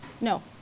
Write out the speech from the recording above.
No